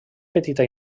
petita